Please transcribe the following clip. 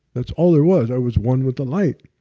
that's all there was, i was one with the light.